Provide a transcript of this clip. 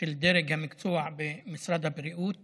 של הדרג המקצועי במשרד הבריאות